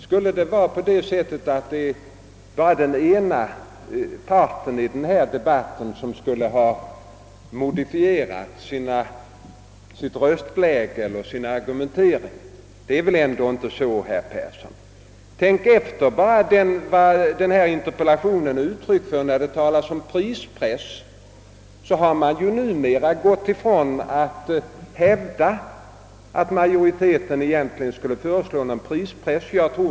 Skulle det vara bara den ena parten i den här debatten som skulle ha modifierat sitt röstläge eller sin argumentering? Det är väl ändå inte så, herr Persson! Tänk bara efter vad denna interpellation är uttryck för. Det talas där om prispress, men man har numera slutat hävda att majoriteten i utredningen skulle föreslå någon prispress.